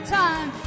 time